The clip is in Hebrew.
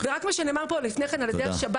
מה שנאמר פה על-ידי השב"ס,